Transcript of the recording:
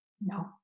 No